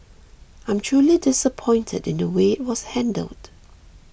I'm truly disappointed in the way it was handled